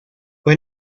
fue